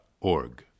org